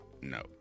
no